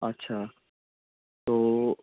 আচ্ছা তো